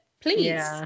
Please